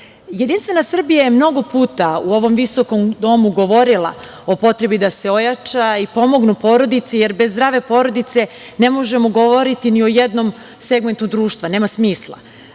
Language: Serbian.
deca. Jedinstva Srbija je mnogo puta u ovom visokom domu govorila o potrebi da se ojača i pomognu porodice, jer bez zdrave porodice ne možemo govoriti ni o jednom segmentu društva, nema smisla.